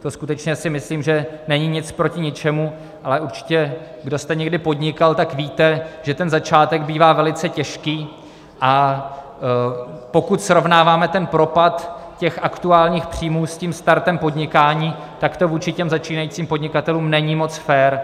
To skutečně si myslím, že není nic proti ničemu, ale určitě kdo jste někdy podnikal, tak víte, že ten začátek bývá velice těžký, a pokud srovnáváme propad těch aktuálních příjmů s tím startem podnikání, tak to vůči těm začínajícím podnikatelům není moc fér.